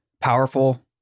powerful